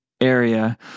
area